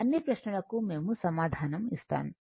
అన్ని ప్రశ్నలకు మేము సమాధానం ఇస్తాము